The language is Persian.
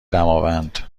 دماوند